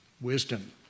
Wisdom